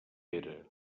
era